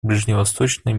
ближневосточный